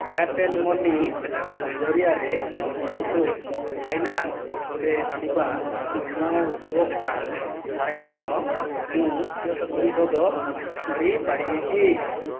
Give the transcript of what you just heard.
Airtel money ଜରିଆରେ ମୁଥୁଟ୍ ଫାଇନାନ୍ସରେ ଥିବା ମୋ ଉପଭୋକ୍ତା ସ୍ଥାୟୀ ଋଣ ମୁଁ ପରିଶୋଧ କରିପାରିବି କି